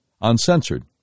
uncensored